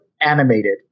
animated